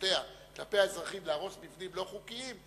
מחויבויותיה כלפי האזרחים להרוס מבנים לא חוקיים,